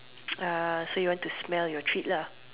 uh so you want to smell your treat lah